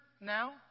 now